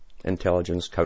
Intelligence